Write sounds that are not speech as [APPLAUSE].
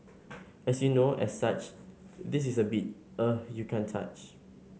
as you know as such this is a beat [HESITATION] you can't touch